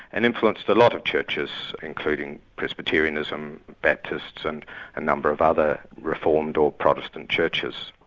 and influenced a lot of churches, including presbyterianism, baptists, and a number of other reformed or protestant churches,